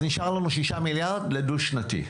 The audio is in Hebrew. אז נשארים לנו שישה מיליארד לדו-שנתי,